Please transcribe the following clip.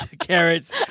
carrots